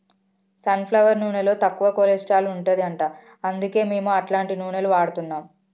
sun flower నూనెలో తక్కువ cholesterol ఉంటది అంట అందుకే మేము అట్లాంటి నూనెలు వాడుతున్నాం